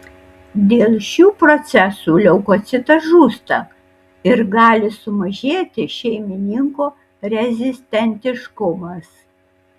dėl šių procesų leukocitas žūsta ir gali sumažėti šeimininko rezistentiškumas